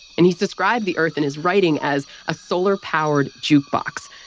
and he's described the earth in his writing as a solar powered jukebox.